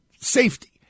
safety